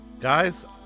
Guys